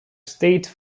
state